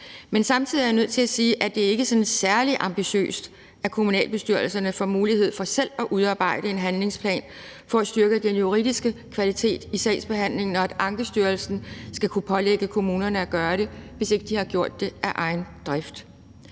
Men samtidig er jeg nødt til at sige, at det ikke er sådan særlig ambitiøst, at kommunalbestyrelserne får mulighed for selv at udarbejde en handlingsplan for at styrke den juridiske kvalitet i sagsbehandlingen, og at Ankestyrelsen skal kunne pålægge kommunerne at gøre det, hvis de ikke har gjort det af egen drift.